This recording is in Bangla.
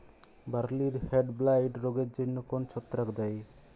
বার্লির হেডব্লাইট রোগের জন্য কোন ছত্রাক দায়ী?